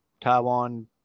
Taiwan